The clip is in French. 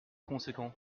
conséquent